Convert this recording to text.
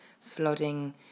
flooding